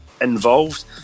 involved